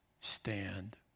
stand